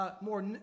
more